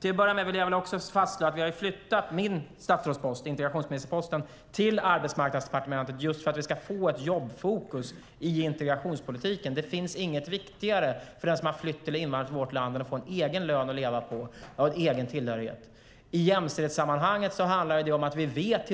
Till att börja med vill jag fastslå att vi har flyttat min statsrådspost, integrationsministerposten, till Arbetsmarknadsdepartementet just för att vi ska få ett jobbfokus i integrationspolitiken. Det finns inget viktigare för den som har flytt eller invandrat till vårt land än att få en egen lön att leva på och ha en egen tillhörighet. I jämställdhetssammanhanget vet